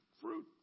Fruit